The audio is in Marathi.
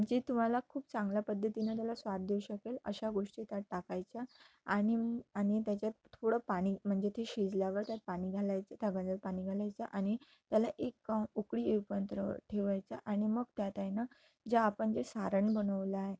जे तुम्हाला खूप चांगल्या पद्धतीनं त्याला स्वाद देऊ शकेल अशा गोष्टी त्यात टाकायच्या आणि आणि त्याच्यात थोडं पाणी म्हणजे ते शिजल्यावर त्यात पाणी घालायचं पाणी घालायचं आणि त्याला एक उकळी येपंत्र ठेवायचं आणि मग त्यात आहे नं जे आपण जे सारण बनवला आहे